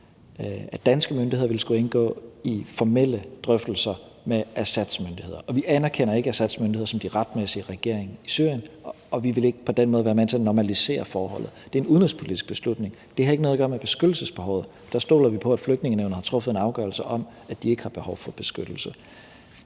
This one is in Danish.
at danske myndigheder ville skulle indgå i formelle drøftelser med Assads myndigheder, og vi anerkender ikke Assads myndigheder som den retmæssige regering i Syrien, og vi vil ikke på den måde være med til at normalisere forholdet. Det er en udenrigspolitisk beslutning. Det har ikke noget at gøre med beskyttelsesbehovet. Der stoler vi på den afgørelse, Flygtningenævnet har truffet, om, at de ikke har behov for beskyttelse.